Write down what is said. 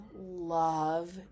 love